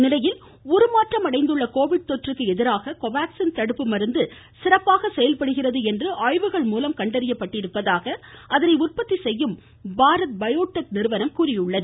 இதனிடையே உருமாற்றம் அடைந்துள்ள கோவிட் தொற்றுக்கு எதிராக கோவாக்ஸின் தடுப்பு மருந்து சிறப்பாக செயல்படுகிறது என்று ஆய்வுகள்மூலம் கண்டறியப்பட்டுள்ளதாக அதனை உற்பத்திசெய்யும் பாரத் பயோடெக் நிறுவனம் கூறியுள்ளது